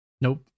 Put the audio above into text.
Nope